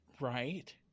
right